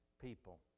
people